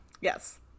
Yes